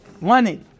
money